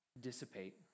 dissipate